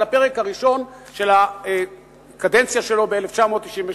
על הפרק הראשון של הקדנציה שלו ב-1996,